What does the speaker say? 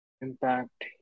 Impact